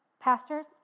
pastors